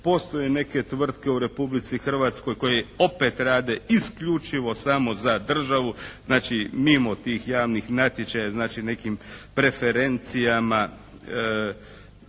Postoje neke tvrtke u Republici Hrvatskoj koje opet rade isključivo samo za državu, znači mimo tih javnih natječaja, znači nekim preferencijama